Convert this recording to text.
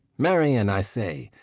marian, i say!